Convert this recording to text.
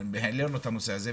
וגם העלינו את הנושא הזה,